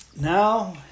Now